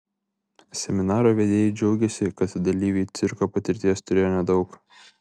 seminaro vedėjai džiaugėsi kad dalyviai cirko patirties turėjo nedaug